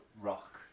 rock